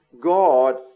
God